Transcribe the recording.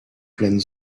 pleine